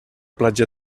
platja